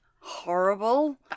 horrible